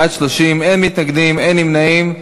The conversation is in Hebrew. בעד, 30, אין מתנגדים, אין נמנעים.